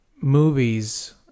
movies